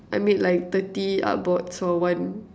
I made like thirty art boards for one